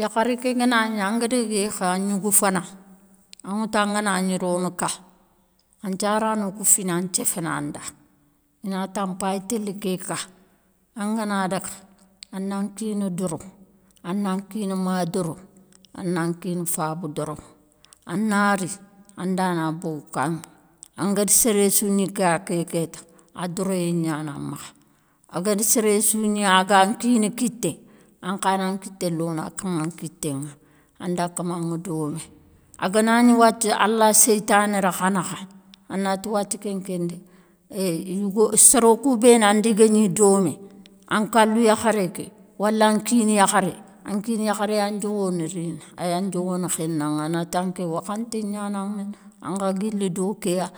Yakharé ké ga na gni an ga dague yékhi an gnougou fana, an ŋa tou an ga na gni rono ka, an thiarano kou fina nthiéféne an da. I na ta an paye téle ké ka, an ga na dague, an nan kina doro, an nan kina ma doro, an nan kina faba doro. An na ri, an dana bogue kaŋe. An guéde séré sou gni ka ké kéta, a doroyé niane an makhe. A guéde séré sou gni a gan kine kité, an kha nan kité lone akama nkité ŋa, an dakama ŋa domé. A ga na gni wathie allah seytané ro kha nakha, an na ti wathie kénké ndé soro kou béni an di guégni domé, an kalou yakharé ké wale an kine yakharé, an kine yakharé yan diowone rine, a yan diowone khénanŋe a na tanké wakhanté nianaŋa an ga guile do kéya.